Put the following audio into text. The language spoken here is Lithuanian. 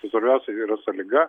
tai svarbiausia yra sąlyga